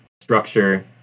structure